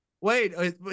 Wait